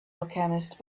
alchemist